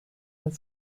ein